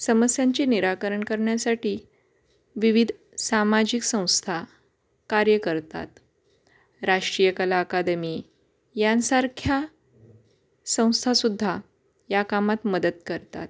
समस्यांचे निराकरण करण्यासाठी विविध सामाजिक संस्था कार्य करतात राष्ट्रीय कला अकादमी यांसारख्या संस्था सुद्धा या कामात मदत करतात